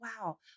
wow